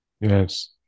Yes